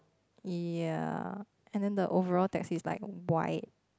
ya and then the overall taxi is like white